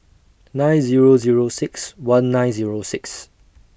nine Zero Zero six one nine Zero six